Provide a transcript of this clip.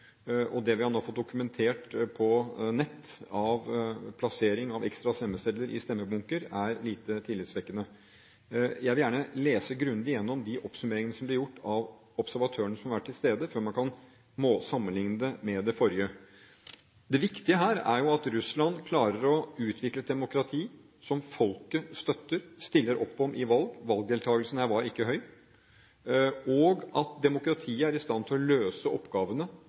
forrige. Det vi nå har fått dokumentert på nett om plassering av ekstra stemmesedler i stemmebunker, er lite tillitvekkende. Jeg vil gjerne lese grundig igjennom de oppsummeringene som blir gjort av observatørene som har vært til stede, før jeg sammenligner det med det forrige. Det viktige her er at Russland klarer å utvikle et demokrati som folket støtter, stiller opp om i valg – valgdeltakelsen her var ikke høy – og at demokratiet er i stand til å løse oppgavene